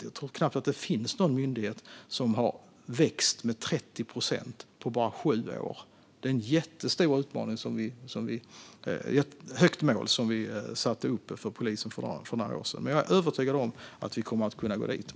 Jag tror inte att det finns någon annan myndighet som har vuxit med 30 procent på bara sju år. Det är en jättestor utmaning och ett högt mål som vi satte upp för polisen för några år sedan, men jag är övertygad om att vi kommer att kunna nå dit.